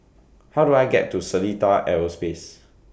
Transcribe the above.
How Do I get to Seletar Aerospace